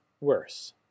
worse